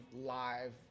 live